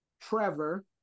Trevor